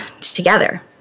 together